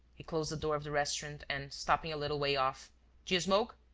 he closed the door of the restaurant and, stopping a little way off do you smoke?